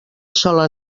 sola